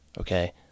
okay